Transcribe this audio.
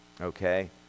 Okay